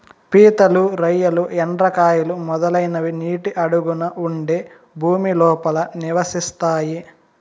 పీతలు, రొయ్యలు, ఎండ్రకాయలు, మొదలైనవి నీటి అడుగున ఉండే భూమి లోపల నివసిస్తాయి